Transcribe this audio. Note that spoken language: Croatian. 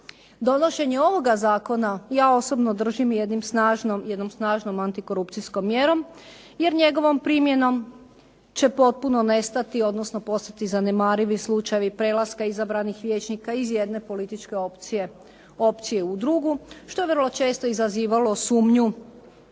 Donošenje ovoga zakona, ja osobno držim jednom snažnom antikorupcijskom mjerom jer njegovom primjenom će potpuno nestati, odnosno postati zanemarivi slučajevi prelaska izabranih vijećnika iz jedne političke opcije u drugu, što je vrlo često izazivalo sumnju